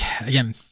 again